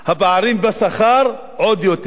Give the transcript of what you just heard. הפערים בשכר עוד יותר.